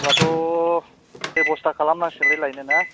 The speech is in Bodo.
होमब्लाथ' बेब'स्था खालामनांसिगोनलै लायनोना